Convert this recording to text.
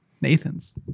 Nathan's